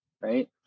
right